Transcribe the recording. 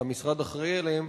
שהמשרד אחראי להן,